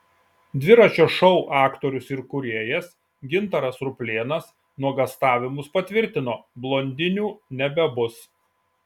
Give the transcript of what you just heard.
dviračio šou aktorius ir kūrėjas gintaras ruplėnas nuogąstavimus patvirtino blondinių nebebus